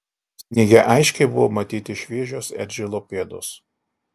sniege aiškiai buvo matyti šviežios eržilo pėdos